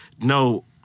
no